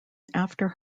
after